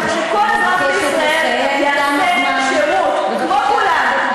כך שכל אזרח בישראל יעשה שירות כמו כולם,